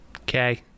Okay